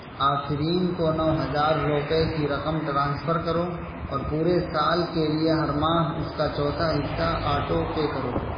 آفرین کو نو ہزار روپئے کی رقم ٹرانسفر کرو اور پورے سال کے لیے ہر ماہ اس کا چوتھا حصہ آٹو پے کرو